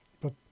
But